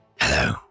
Hello